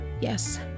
Yes